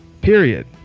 Period